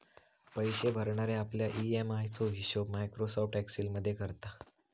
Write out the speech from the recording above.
पैशे भरणारे आपल्या ई.एम.आय चो हिशोब मायक्रोसॉफ्ट एक्सेल मध्ये करता